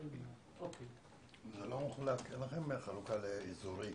אין לכם חלוקה לאזורים,